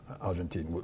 Argentina